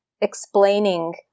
explaining